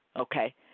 Okay